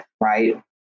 right